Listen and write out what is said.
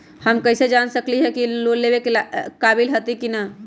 हम कईसे जान सकली ह कि हम लोन लेवे के काबिल हती कि न?